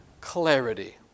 clarity